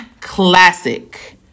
classic